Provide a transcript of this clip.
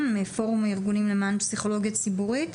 מפורום הארגונים למען פסיכולוגיה ציבורית.